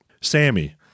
Sammy